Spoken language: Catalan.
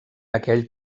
aquell